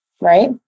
Right